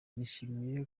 nishimiye